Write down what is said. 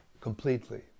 completely